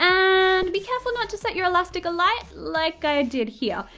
and be careful not to set your elastic alight, like i did here.